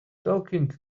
talking